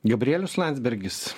gabrielius landsbergis